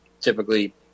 typically